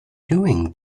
doing